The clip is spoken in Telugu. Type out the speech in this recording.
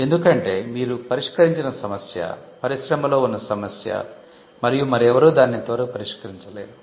ఎందుకంటే మీరు పరిష్కరించిన సమస్య పరిశ్రమలో ఉన్న సమస్య మరియు మరెవరూ దానిని ఇంతవరకు పరిష్కరించలేదు